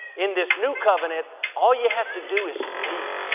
in this new covenant, all you have to do is speak.